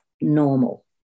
normal